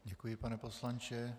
Děkuji, pane poslanče.